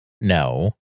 no